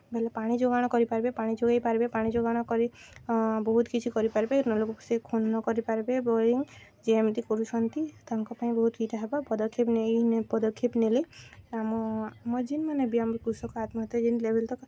ବୋଏଲେ ପାଣି ଯୋଗାଣ କରିପାର୍ବେ ପାଣି ଯୋଗେଇ ପାର୍ବେ ପାଣି ଯୋଗାଣ କରି ବହୁତ୍ କିଛି କରିପାର୍ବେ ବେଲେ ସେ ନଳକୂପ ଖନନ କରିପାର୍ବେ ବୋରିଂ ଯିଏ ଏମିତି କରୁଛନ୍ତି ତାଙ୍କ ପାଇଁ ବହୁତ୍ ଇଟା ହେବ ପଦକ୍ଷେପ ପଦକ୍ଷେପ ନେଇ ନେଲେ ଆମ ଆମ ଯେନ୍ ମାନେ ବି ଆମେ କୃଷକ ଆତ୍ମହତ୍ୟା ଯେନ୍ ଲେବେଲ୍ ତକ୍